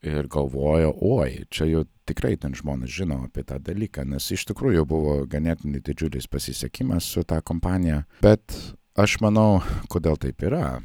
ir galvoju oi čia jau tikrai ten žmonės žino apie tą dalyką nes iš tikrųjų buvo ganėtinai didžiulis pasisekimas su ta kompanija bet aš manau kodėl taip yra